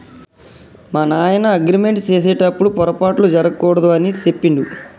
మా నాయన అగ్రిమెంట్ సేసెటప్పుడు పోరపాట్లు జరగకూడదు అని సెప్పిండు